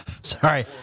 Sorry